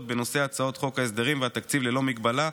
בנושא הצעות חוק ההסדרים והתקציב ללא מגבלה.